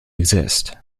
exist